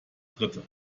dritte